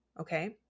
Okay